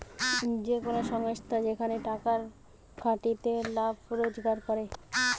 যে কোন সংস্থা যেখানে টাকার খাটিয়ে লাভ রোজগার করে